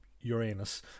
Uranus